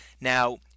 Now